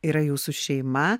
yra jūsų šeima